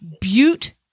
Butte